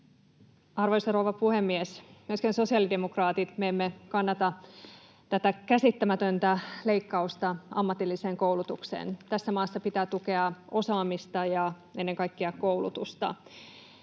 Arvoisa rouva puhemies! Myöskään me sosiaalidemokraatit emme kannata tätä käsittämätöntä leikkausta ammatilliseen koulutukseen. Tässä maassa pitää tukea osaamista ja ennen kaikkea koulutusta.